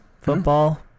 football